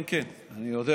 כן, כן, אני יודע.